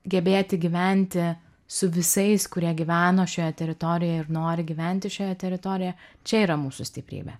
gebėti gyventi su visais kurie gyveno šioje teritorijoj ir nori gyventi šioje teritorijoje čia yra mūsų stiprybė